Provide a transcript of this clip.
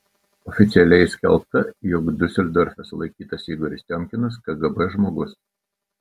oficialiai skelbta jog diuseldorfe sulaikytas igoris tiomkinas kgb žmogus